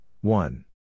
one